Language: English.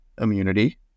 immunity